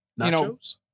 nachos